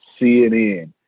CNN